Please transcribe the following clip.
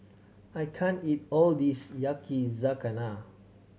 I can't eat all this Yakizakana